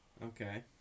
Okay